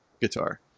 guitar